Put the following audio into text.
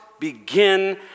begin